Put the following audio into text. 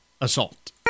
assault